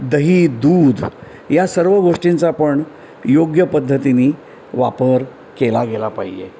दही दूध या सर्व गोष्टींचा पण योग्य पद्धतीने वापर केला गेला पाहिजे